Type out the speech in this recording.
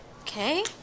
Okay